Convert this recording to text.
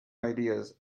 ideas